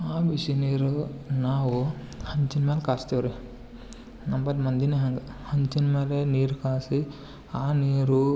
ಆ ಬಿಸಿ ನೀರು ನಾವು ಹಂಚಿನಮೇಲೆ ಕಾಯಿಸ್ತೀವ್ರಿ ನಮ್ಮ ಬದ್ ಮಂದಿನೇ ಹಂಗೆ ಹಂಚಿನಮೇಲೆ ನೀರು ಕಾಯಿಸಿ ಆ ನೀರು